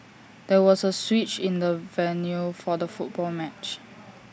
there was A switch in the venue for the football match